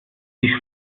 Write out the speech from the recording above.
die